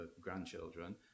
grandchildren